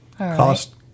Cost